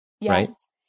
Yes